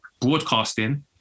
broadcasting